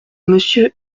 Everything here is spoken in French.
monsieur